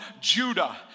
Judah